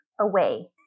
away